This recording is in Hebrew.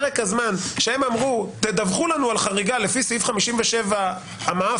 כשהם אמרו: תדווחו לנו על חריגה לפי סעיף 57 ה"מעאפן",